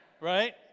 Right